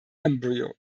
embryo